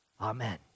Amen